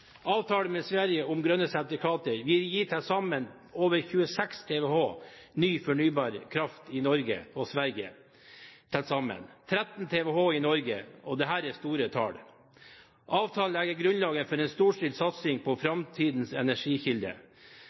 Avtalen med Sverige om grønne sertifikater vil gi til sammen over 26 TWh ny fornybar kraft i Norge og Sverige – 13 TWh i Norge. Dette er store tall. Avtalen legger grunnlaget for en storstilt satsing på framtidens energikilder.